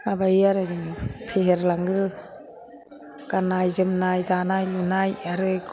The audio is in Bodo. माबायो आरो जोङो फेहेरलाङो गान्नाय जोमनाय दानाय लुनाय आरो